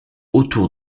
autour